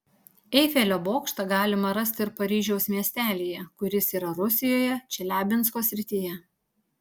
eifelio bokštą galima rasti ir paryžiaus miestelyje kuris yra rusijoje čeliabinsko srityje